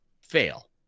fail